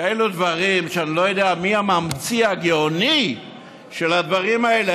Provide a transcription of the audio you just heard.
כאלה דברים שאני לא יודע מי הממציא הגאוני של הדברים האלה.